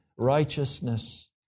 righteousness